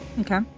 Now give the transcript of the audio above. Okay